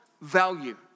value